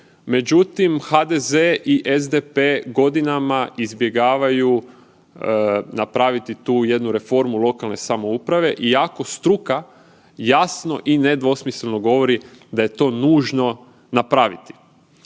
međutim, HDZ i SDP godinama izbjegavaju napraviti tu jednu reformu lokalne samouprave iako struka jasno i nedvosmisleno govori da je to nužno napraviti.